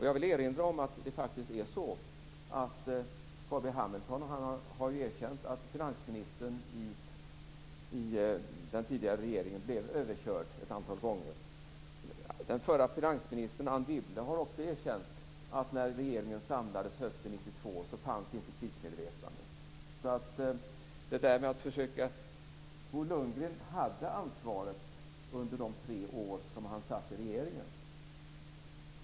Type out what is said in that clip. Jag vill erinra om att det faktiskt är så att Carl B Hamilton har erkänt att finansministern i den tidigare regeringen blev överkörd ett antal gånger. Den förra finansministern Anne Wibble har också erkänt att när regeringen samlades hösten 1992 fanns inte krismedvetandet. Bo Lundgren hade ansvaret under de tre år då han satt i regeringen.